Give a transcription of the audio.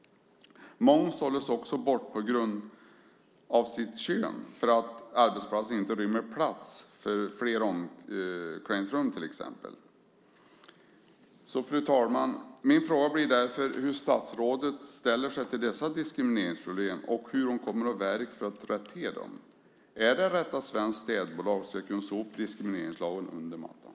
Många sållas också bort på grund av sitt kön, exempelvis för att arbetsplatsen inte rymmer fler omklädningsrum. Min fråga, fru talman, blir därför hur statsrådet ställer sig till dessa diskrimineringsproblem och hur hon kommer att verka för att rätta till dem. Är det rätt att ett svenskt städbolag ska kunna sopa diskrimineringslagen under mattan?